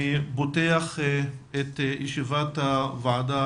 אני פותח את ישיבת הוועדה